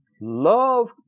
love